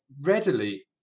readily